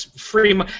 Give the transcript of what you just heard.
free